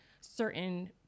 certain